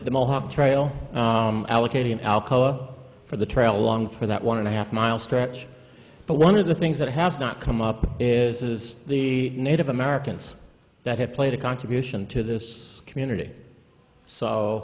the mohawk trail allocating alcoa for the trail along for that one and a half mile stretch but one of the things that has not come up is the native americans that have played a contribution to this community so